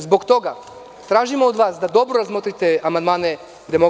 Zbog toga tražimo od vas da dobro razmotrite amandmane DS.